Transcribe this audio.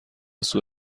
سوء